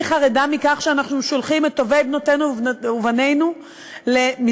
אני חרדה מכך שאנחנו שולחים את טובי בנותינו ובנינו למזרח-אירופה,